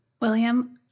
William